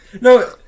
no